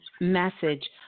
message